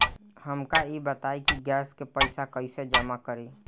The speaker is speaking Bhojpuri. हमका ई बताई कि गैस के पइसा कईसे जमा करी?